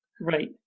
Right